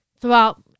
throughout